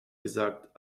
gesagt